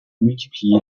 multiplié